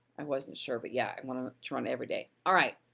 i wasn't sure, but yeah, i'm gonna turn on every day. alright,